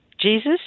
jesus